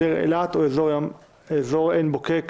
העיר אילת או אזור עין בוקק,